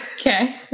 Okay